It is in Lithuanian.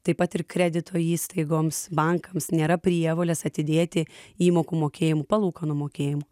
taip pat ir kredito įstaigoms bankams nėra prievolės atidėti įmokų mokėjimų palūkanų mokėjimų